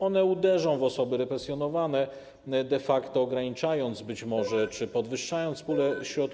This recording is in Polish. One uderzą w osoby represjonowane, de facto ograniczając być może czy podwyższając pulę środków.